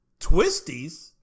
Twisties